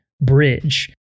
bridge